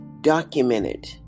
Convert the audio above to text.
documented